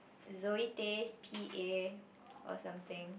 Zoe-Tay's p_a or something